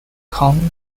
con